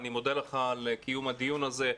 אני מודה לך על קיום הדיון הזה.